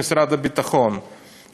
משרד הביטחון,